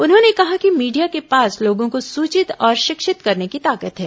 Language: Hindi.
उन्होंने कहा कि मीडिया के पास लोगों को सूचित और शिक्षित करने की ताकत है